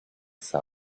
sound